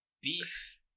beef